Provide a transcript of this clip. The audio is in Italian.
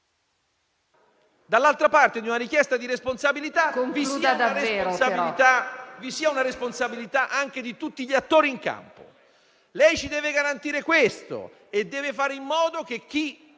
A fronte di questa richiesta di responsabilità deve esserci la responsabilità anche di tutti gli attori in campo. Lei ci deve garantire questo e deve fare in modo che chi